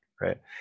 Right